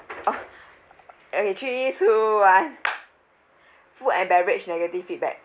oh okay three two one food and beverage negative feedback